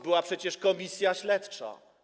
Była przecież komisja śledcza.